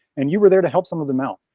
and you were there to help some of them out.